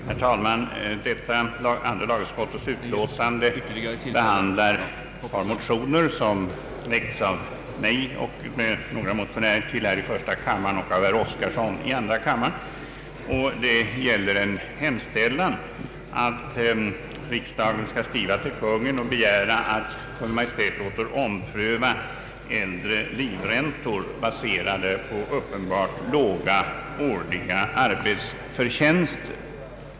Herr talman! Andra lagutskottets utlåtande behandlar ett par motioner som väckts av mig och ytterligare några motionärer i första kammaren och av herr Oskarson m.fl. i andra kammaren. De hemställer att riksdagen i skrivelse till Kungl. Maj:t måtte begära att Kungl. Maj:t låter ompröva äldre livräntor baserade på uppenbart låga årliga arbetsförtjänster.